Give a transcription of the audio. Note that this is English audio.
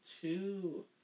two